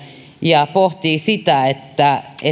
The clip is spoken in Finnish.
ja pohtii sitä että